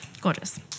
Gorgeous